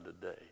today